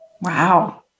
Wow